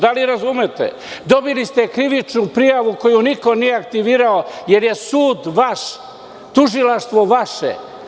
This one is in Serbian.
Dobili ste krivičnu prijavu koju niko nije aktivirao jer je sud vaš, tužilaštvo vaše.